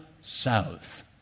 south